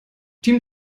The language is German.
team